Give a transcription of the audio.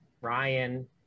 Ryan